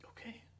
Okay